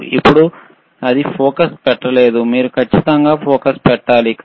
ఇప్పుడు అది ఫోకస్ పెట్టలేదు మీరు ఖచ్చితంగా ఫోకస్ చేయాలి